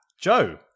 Joe